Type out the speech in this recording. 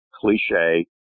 cliche